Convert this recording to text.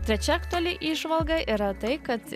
trečia aktuali įžvalga yra tai kad